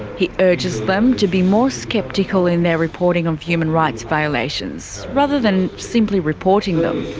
he urges them to be more sceptical in their reporting of human rights violations, rather than simply reporting them.